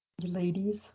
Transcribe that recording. ladies